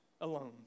alone